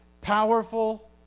powerful